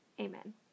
amen